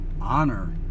honor